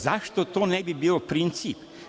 Zašto to ne bi bio princip?